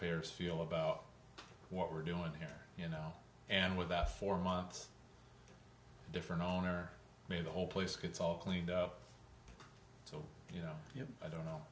payers feel about what we're doing here you know and with that four months different owner made the whole place gets all cleaned up so you know i don't know